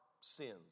sins